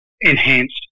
enhanced